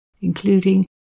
including